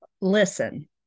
Listen